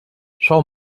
schau